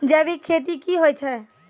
जैविक खेती की होय छै?